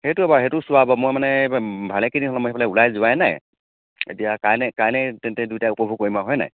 সেইটো বাৰু সেইটো চোৱা হ'ব মই মানে ভালে কেইদিন সময় সেইফালে ওলাই যোৱাই নাই এতিয়া কাইলৈ কাইলৈ তেন্তে দুয়োটাই উপভোগ কৰিম আৰু হয়নে